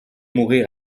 mourir